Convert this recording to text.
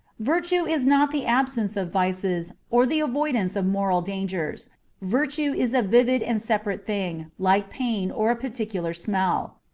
virtue is not the absence of vices or the dvoidance of moral dangers virtue is a vivid and separate thing, like pain or a particular smell.